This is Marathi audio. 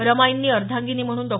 रमाईंनी अर्धांगिनी म्हणून डॉ